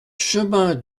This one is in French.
chemin